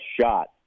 shot